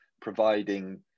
providing